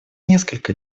несколько